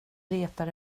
letar